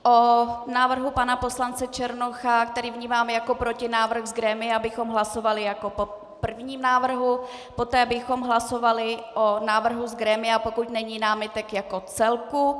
O návrhu pana poslance Černocha, který vnímám jako protinávrh z grémia, bychom hlasovali jako o prvním návrhu, poté bychom hlasovali o návrhu z grémia, pokud není námitek, jako celku.